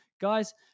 Guys